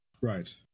Right